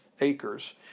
acres